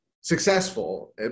successful